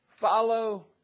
Follow